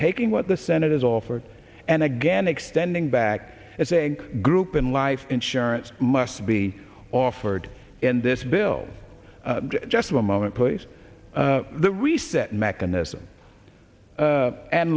taking what the senate has offered and again extending back as a group in life insurance must be offered in this bill just a moment please the reset mechanism a